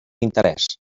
interès